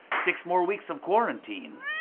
six more weeks of quarantine!